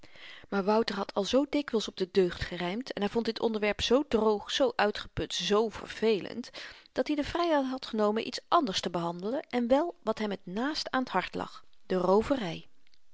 maar wouter had al zoo dikwyls op de deugd gerymd en hy vond dit onderwerp zoo droog zoo uitgeput zoo vervelend dat-i de vryheid had genomen iets anders te behandelen en wel wat hem t naast aan t hart lag de